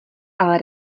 ale